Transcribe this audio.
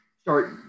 start